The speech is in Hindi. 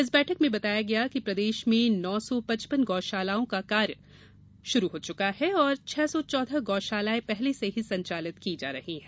इस बैठक में बताया गया कि प्रदेश में नौ सौ पचपन गौशालाओं का कार्य प्रारंभ हो गया है और छह सौ चौदह गौशालायें पहले से ही संचालित की जा रही हैं